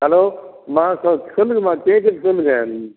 hello மா சொ சொல்லுங்கம்மா கேட்குது சொல்லுங்கள் ம்